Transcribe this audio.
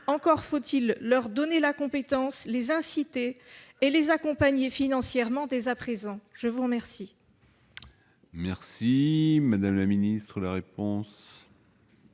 Encore faut-il leur en donner la compétence, les inciter et les accompagner financièrement dès à présent. La parole